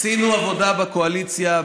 עשינו עבודה בקואליציה,